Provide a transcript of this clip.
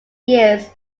years